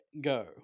go